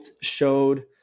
showed